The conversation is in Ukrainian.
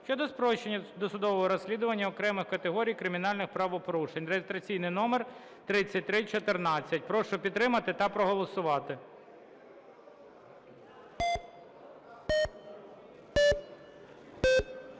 щодо спрощення досудового розслідування окремих категорій кримінальних правопорушень" (реєстраційний номер 3314). Прошу підтримати та проголосувати.